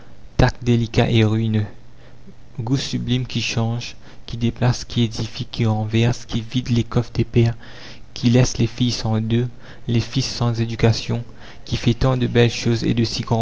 tact délicat et ruineux goût sublime qui change qui déplace qui édifie qui renverse qui vide les coffres des pères qui laisse les filles sans dot les fils sans éducation qui fait tant de belles choses et de